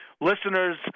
listeners